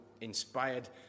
inspired